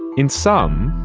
in some,